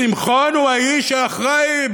שמחון הוא האיש שאחראי,